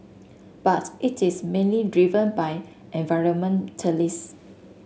but it is mainly driven by environmentalist